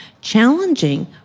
challenging